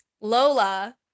Lola